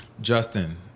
justin